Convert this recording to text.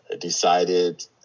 decided